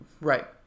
Right